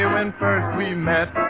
and when first we met